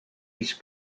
isso